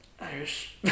Irish